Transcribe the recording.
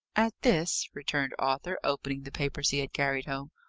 at this? returned arthur, opening the papers he had carried home.